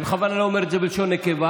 אני בכוונה לא אומר את זה בלשון נקבה,